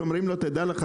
שאומרים לו: תדע לך,